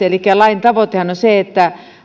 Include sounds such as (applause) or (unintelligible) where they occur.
(unintelligible) elikkä lain tavoitehan on se että